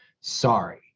Sorry